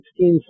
16